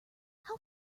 how